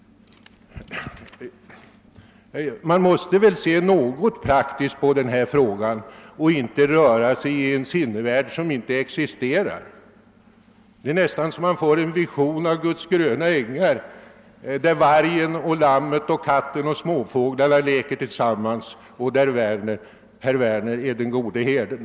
Man måste väl se en smula praktiskt på denna fråga och inte röra sig i en idealvärld som inte existerar. Jag får nästan en vision av Guds gröna ängar, där vargen och lammet och katten och småfåglarna leker tillsammans och där herr Werner är den gode herden.